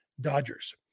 Dodgers